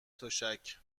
تشک